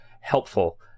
helpful